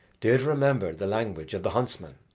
deirdre remembered the language of the huntsman,